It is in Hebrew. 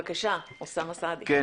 בבקשה, אוסאמה סעדי.